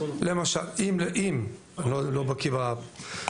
אני לא בקיא בזה,